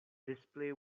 display